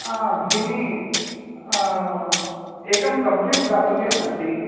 भगिनी एकं कम्प्लेण्ट् दातव्यम् अस्ति